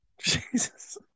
Jesus